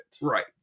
Right